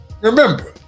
remember